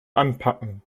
anpacken